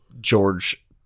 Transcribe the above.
George